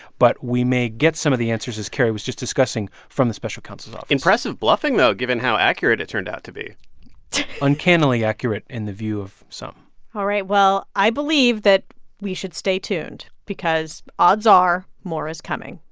but we may get some of the answers, as carrie was just discussing, from the special counsel's office impressive bluffing, though, given how accurate it turned out to be uncannily accurate in the view of some all right. well i believe that we should stay tuned because odds are more is coming.